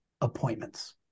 appointments